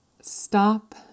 Stop